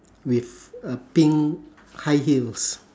with a pink high heels